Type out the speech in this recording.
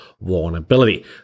vulnerability